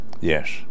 Yes